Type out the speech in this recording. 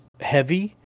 heavy